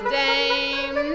dame